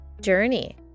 journey